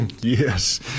Yes